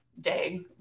day